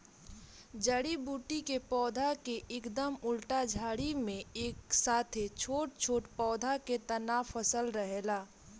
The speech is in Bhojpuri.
जड़ी बूटी के पौधा के एकदम उल्टा झाड़ी में एक साथे छोट छोट पौधा के तना फसल रहेला